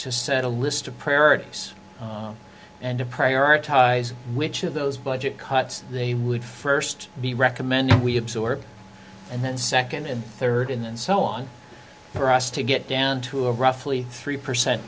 to set a list of priorities and to prioritize which of those budget cuts they would first be recommending we absorb and then second and third in and so on for us to get down to a roughly three